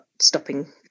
stopping